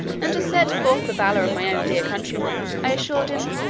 and to set forth the valour of my own dear countrymen, i assured him,